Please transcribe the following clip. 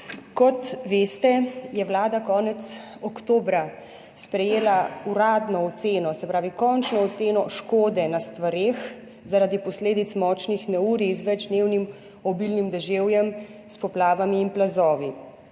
Kot veste je vlada konec oktobra sprejela uradno oceno, se pravi končno oceno škode na stvareh zaradi posledic močnih neurij z večdnevnim obilnim deževjem s poplavami in plazovi